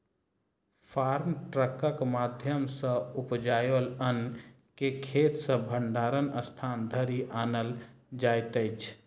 farm ट्रकक माध्यम सॅ उपजाओल अन्न के खेत सॅ भंडारणक स्थान धरि आनल जाइत अछि